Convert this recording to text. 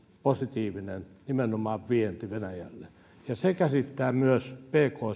positiivinen nimenomaan vienti venäjälle se käsittää myös pk